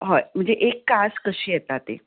हय म्हणजे एक कास कशी येता ती